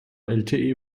lte